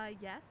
yes